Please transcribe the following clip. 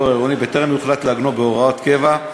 העירוני בטרם יוחלט לעגנו בהוראת קבע.